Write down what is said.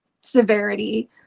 severity